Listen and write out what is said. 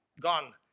gone